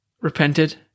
repented